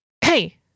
hey